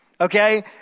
Okay